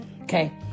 Okay